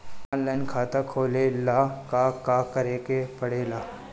Online खाता खोले ला का का करे के पड़े ला?